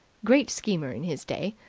great schemer in his day.